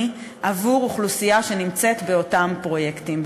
עבור אוכלוסייה שנמצאת באותם פרויקטים,